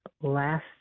last